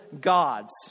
gods